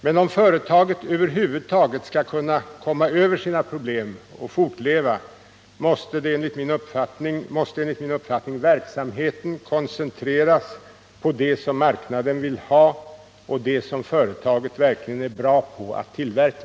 Men om företaget över huvud taget skall kunna komma över sina problem och fortleva måste enligt min uppfattning verksamheten koncentreras på det som marknaden vill ha och det som företaget verkligen är bra på att tillverka.